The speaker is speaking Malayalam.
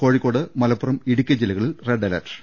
കോഴിക്കോട് മലപ്പുറം ഇടുക്കി ജില്ലകളിൽ റെഡ് അലേർട്ട്